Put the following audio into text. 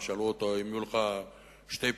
פעם שאלו אותו: אם יהיו לך שתי פרוטות,